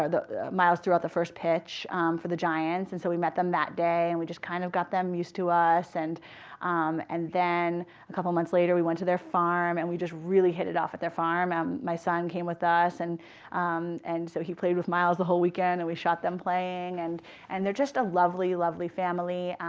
miles threw out the first pitch for the giants, and so we met them that day. and we just kind of got them used to us. and and then a couple months later we went to their farm, and we just really hit it off at their farm. um my son came with us, and um and so he played with miles the whole weekend and we shot them playing. and and they're just a lovely, lovely family.